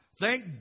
Thank